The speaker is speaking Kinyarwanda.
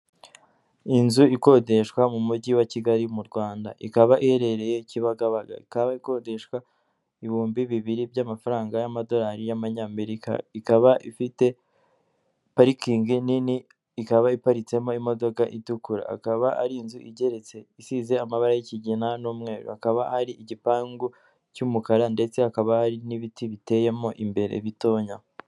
Inzu ikodeshwa mu mujyi wa Kigali mu Rwanda ikaba iherereye i Kibagaba ikodeshwa ibihumbi bibiri by'amafaranga y'amadolari y'amanyamerika ikaba ifite parikingi nini, ikaba iparitsemo imodoka itukura akaba ari inzu igeretse isize amabara y'ikigina n'umweru akaba ari igipangu cy'umukara ndetse hakaba hari n'ibiti biteyemo imbere bitoya.